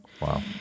Wow